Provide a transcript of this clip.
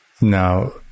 now